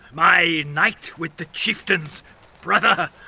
my night with the chieftain's brother,